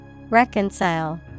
Reconcile